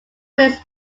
list